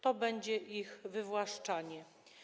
To będzie ich wywłaszczanie.